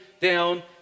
down